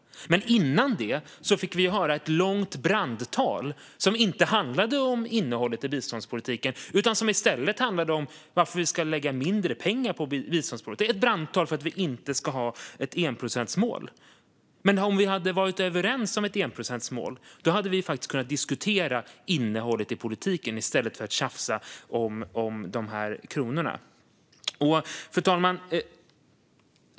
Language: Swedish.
Men före det fick vi höra ett långt brandtal som inte handlade om innehållet i biståndspolitiken utan i stället om varför vi ska lägga mindre pengar på biståndspolitik. Det var ett brandtal om att vi inte ska ha ett enprocentsmål. Men om vi hade varit överens om ett enprocentsmål hade vi faktiskt kunnat diskutera innehållet i politiken i stället för att tjafsa om kronorna. Fru talman!